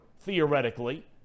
theoretically